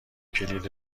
کلید